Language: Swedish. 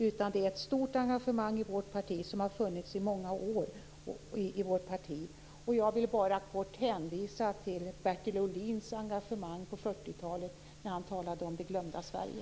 Det har funnits ett stort engagemang i vårt parti i många år, och jag vill bara kort hänvisa till Bertil Ohlins engagemang på 40-talet, när han talade om det glömda Sverige.